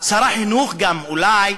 שר החינוך אולי,